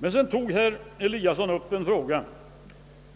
Vidare tog herr Eliasson upp en fråga,